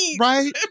right